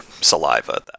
saliva